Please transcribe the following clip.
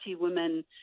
women